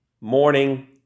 morning